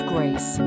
Grace